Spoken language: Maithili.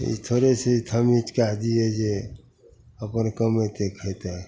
ई थोड़े छै जे थमिट कै दिए जे अपन कमेतै खएतै